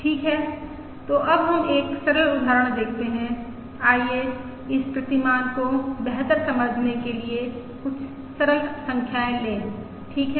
ठीक है तो अब हम एक सरल उदाहरण देखते हैं आइए इस प्रतिमान को बेहतर समझने के लिए कुछ सरल संख्याएँ लें ठीक है